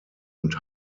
und